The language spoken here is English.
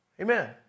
Amen